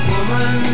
Woman